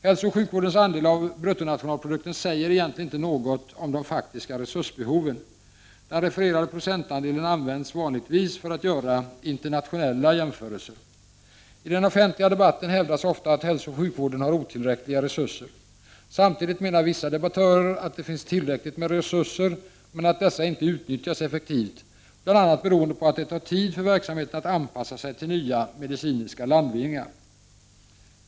Hälsooch sjukvårdens andel av BNP säger egentligen inte något om de faktiska resursbehoven. Den refererade procentandelen används vanligtvis Prot. 1989/90:32 för att göra internationella jämförelser. 24 november 1989 I den offentliga debatten hävdas ofta att hälsooch sjukvården har otill:Z räckliga resurser. Samtidigt menar vissa debattörer att det finns tillräckligt med resurser, men att dessa inte utnyttjas effektivt, bl.a. beroende av att det tar tid för verksamheten att anpassa sig till nya medicinska landvinningar.